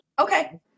Okay